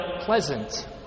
Pleasant